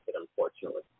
unfortunately